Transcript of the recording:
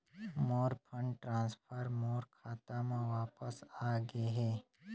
मोर fund transfer मोर खाता म वापस आ गे हे